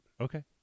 Okay